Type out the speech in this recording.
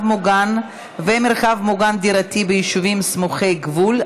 מוגן ומרחב מוגן דירתי ביישובים סמוכי גבול),